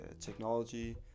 technology